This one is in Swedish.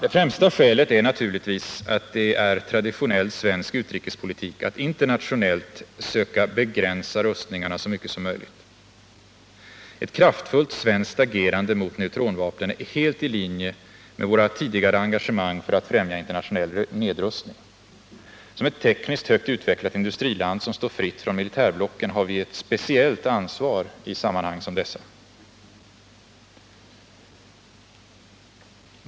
Det främsta skälet är naturligtvis att det är traditionell svensk utrikespolitik att internationellt söka begränsa rustningarna så mycket som möjligt. Ett kraftfullt svenskt agerande mot neutronvapnen är helt i linje med våra tidigare engagemang för att främja internationell nedrustning. Som ett tekniskt högt utvecklat industriland som står fritt från militärblocken har vi ett speciellt ansvar i sammanhang som dessa.